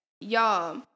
Y'all